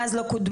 מאז לא קודמה,